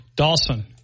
Dawson